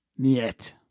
Niet